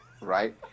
Right